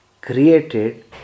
created